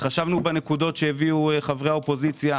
התחשבנו בנקודות שהביאו חברי האופוזיציה,